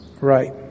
Right